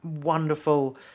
wonderful